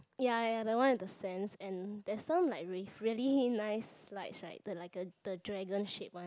ya ya the one with the sands and there's one like with really nice lights right the like the the dragon shaped one